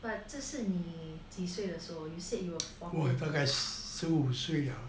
but 这是你几岁的时候 you said you were fourteen